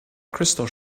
crystal